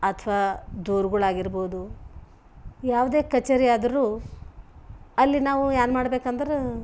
ಅಥವಾ ದೂರ್ಗಳಾಗಿರ್ಬೋದು ಯಾವುದೇ ಕಚೇರಿ ಆದರೂ ಅಲ್ಲಿ ನಾವು ಏನ್ ಮಾಡ್ಬೇಕಂದ್ರೆ